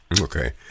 Okay